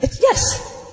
Yes